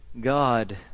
God